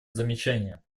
замечания